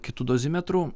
kitu dozimetru